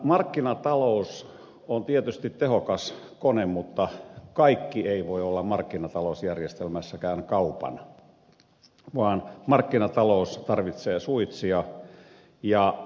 markkinatalous on tietysti tehokas kone mutta kaikki ei voi olla markkinatalousjärjestelmässäkään kaupan vaan markkinatalous tarvitsee suitsia